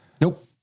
Nope